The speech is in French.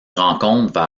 rencontre